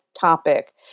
topic